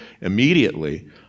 immediately